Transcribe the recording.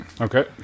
Okay